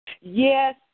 Yes